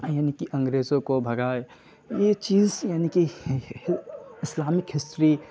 یعنی کہ انگریزوں کو بھگائے یہ چیز یعنی کہ اسلامک ہسٹری